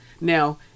Now